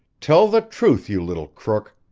tell the truth, you little crook!